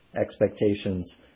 expectations